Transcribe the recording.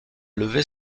levée